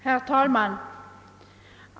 Herr talman!